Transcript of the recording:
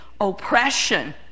oppression